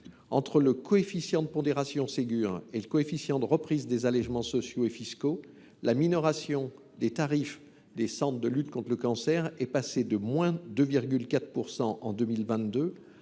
Entre le coefficient de pondération du Ségur de la santé et le coefficient de reprise des allégements sociaux et fiscaux, la minoration des tarifs des centres de lutte contre le cancer est passée de 2,5 % en 2022